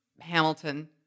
Hamilton